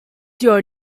your